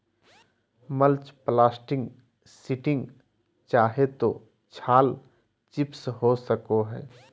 mulch plastic sheeting चाहे तो छाल चिप्स हो सको हइ